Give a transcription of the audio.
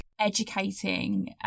Educating